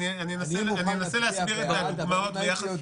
אם הייתי יודע